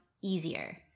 easier